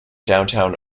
downtown